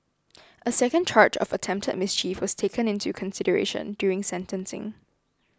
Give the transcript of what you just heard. a second charge of attempted mischief was taken into consideration during sentencing